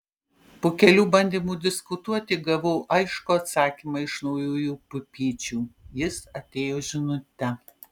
po kelių bandymų diskutuoti gavau aiškų atsakymą iš naujųjų pupyčių jis atėjo žinute